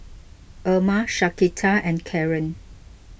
Erma Shaquita and Karren